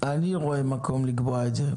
אני רואה מקום לקבוע את זה.